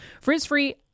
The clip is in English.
Frizz-free